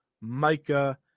Micah